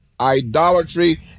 idolatry